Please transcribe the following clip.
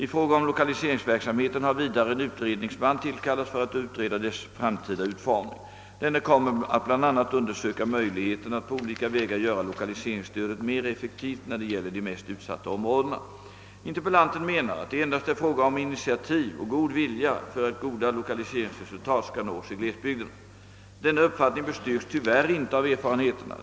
I fråga om lokaliseringsverksamheten har vidare en utredningsman tillkallats för att utreda dess framtida utformning. Denne kommer att bl.a. undersöka möjligheterna att på olika vägar göra lokaliseringsstödet mer effektivt när det gäller de mest utsatta områdena. Interpellanten menar att det endast är fråga om initiativ och god vilja för att goda lokaliseringsresultat skall nås i glesbygderna. Denna uppfattning bestyrks tyvärr inte av erfarenheterna.